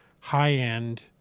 high-end